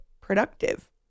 productive